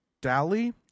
Daly